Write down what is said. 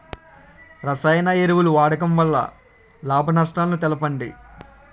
రసాయన ఎరువుల వాడకం వల్ల లాభ నష్టాలను తెలపండి?